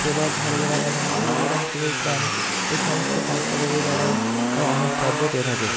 সেবা ঝাড়গ্রাম এবং ঝাড়গ্রাম সবুজ প্রাণ এই সমস্ত সংস্থা থেকে তারা অনেক সাহায্য পেয়ে থাকে